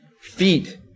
feet